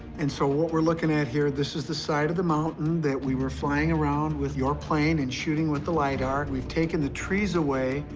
and so what we're looking at here this is the side of the mountain that we were flying around with your plane and shooting with the lidar. we've taken the trees away.